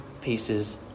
pieces